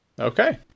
Okay